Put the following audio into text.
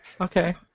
Okay